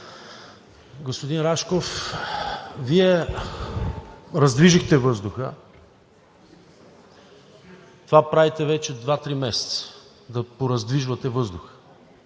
Господин Рашков, Вие раздвижихте въздуха. Това правите вече два три месеца – да пораздвижвате въздуха.